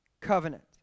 covenant